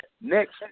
next